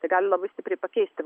tai gali labai stipriai pakeisti